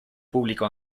público